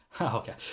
Okay